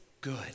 good